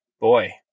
boy